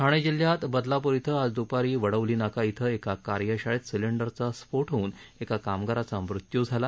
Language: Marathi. ठाणे जिल्ह्यात बदलापूर इथं आज दुपारी वडवली नाका इथं एका कार्यशाळेत सिलेंडरचा स्फोट होऊन एका कामगाराचा मृत्यू झाला